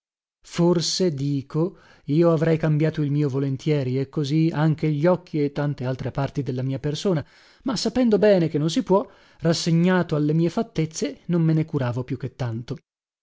forse dico io avrei cambiato il mio volentieri e così anche gli occhi e tante altre parti della mia persona ma sapendo bene che non si può rassegnato alle mie fattezze non me ne curavo più che tanto